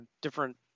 different